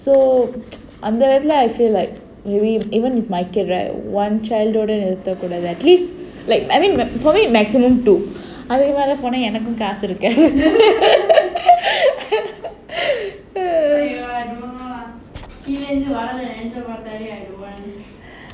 so அங்க இருந்து:anga irunthu I feel like even if my kid right one child நிறுத்த கூடாது:nirutha koodathu at least like I mean for me maximum two நெனச்சி பார்த்தாலே:nenachi paarthalae